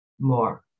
more